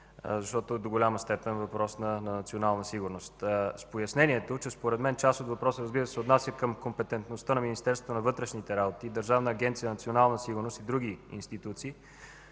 защото до голяма степен това е въпрос на националната сигурност. С пояснението, че според мен, част от въпроса, разбира се, се отнася към компетентността на Министерството на вътрешните работи и Държавна агенция „Национална сигурност” и други институции,